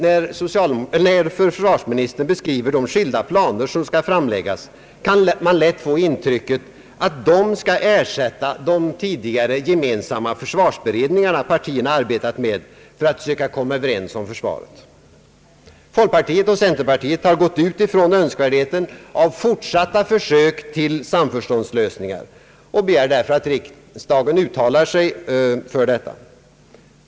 När försvarsministern beskriver de skilda planer som skall framläggas, kan man lätt få intrycket att dessa skall ersätta de tidigare gemensamma försvarsberedningar som partierna arbetat med för att söka komma överens om försvaret. Folkpartiet och centerpartiet har utgått från önskvärdheten av fortsatta försök till samförståndslösningar och begär därför att riksdagen uttalar sig för detta.